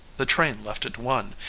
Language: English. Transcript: the train left at one,